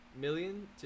million